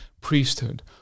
priesthood